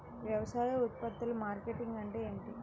వ్యవసాయ ఉత్పత్తుల మార్కెటింగ్ అంటే ఏమిటి?